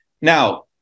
Now